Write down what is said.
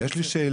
יש לי שאלה,